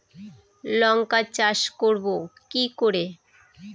লঙ্কা চাষ করব কি করে?